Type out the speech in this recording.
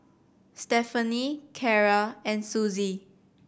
Stephani Carra and Suzy